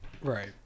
Right